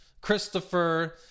Christopher